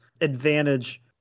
advantage